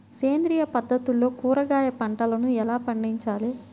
సేంద్రియ పద్ధతుల్లో కూరగాయ పంటలను ఎలా పండించాలి?